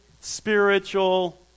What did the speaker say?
spiritual